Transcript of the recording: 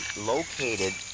located